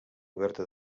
oberta